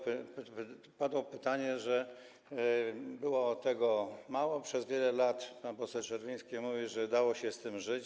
Padło pytanie, że było tego mało przez wiele lat, pan poseł Czerwiński mówił, że dało się z tym żyć.